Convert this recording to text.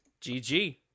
GG